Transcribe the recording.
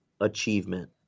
achievement